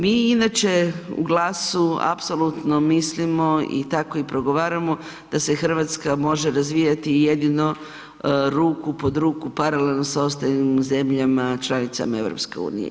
Mi inače u GLAS-u apsolutno mislimo i tako i progovaramo da se Hrvatska može razvijati i jedino ruku pod ruku paralelno sa ostalim zemljama članicama EU.